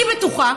אני בטוחה,